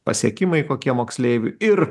pasiekimai kokie moksleivių ir